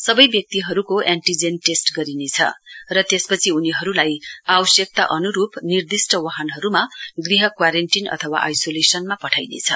सबै व्यक्तिहरूको antigen test गरिनेछ र त्यसपछि उनीहरूलाई आवश्यकता अनुरूप निर्दिष्ट वाहनहरूमा गृह क्वारेन्टीन अथवा आइसोलेसनमा पठाइनेछ